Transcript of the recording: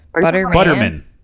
Butterman